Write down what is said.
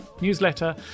newsletter